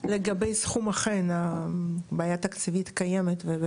לגבי הסכום, אכן בעיה תקציבית קיימת לכן